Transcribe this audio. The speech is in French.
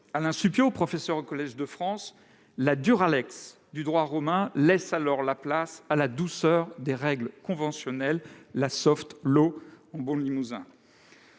Alain Supiot, professeur au Collège de France, « la du droit romain laisse alors la place à la douceur des règles conventionnelles »- la, comme on le dit en bon limousin.